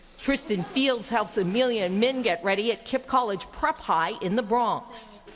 tristan fields helps amelia and min get ready at kipp college prep high in the bronx.